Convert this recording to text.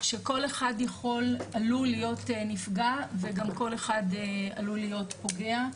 שכל אחד עלול להיות נפגע וגם כל אחד עלול להיות פוגע.